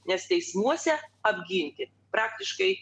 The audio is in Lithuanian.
nes teismuose apginti praktiškai